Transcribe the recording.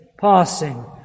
passing